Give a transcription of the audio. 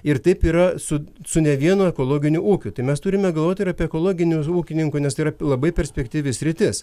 ir taip yra su su ne vienu ekologiniu ūkiu tai mes turime galvoti ir apie ekologinių ūkininkų nes tai yra labai perspektyvi sritis